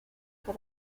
how